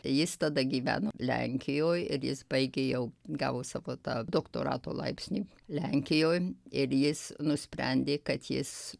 jis tada gyveno lenkijoj ir jis baigė jau gavo savo tą doktorato laipsnį lenkijoj ir jis nusprendė kad jis